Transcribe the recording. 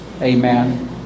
Amen